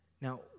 now